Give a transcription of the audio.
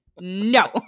no